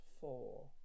Four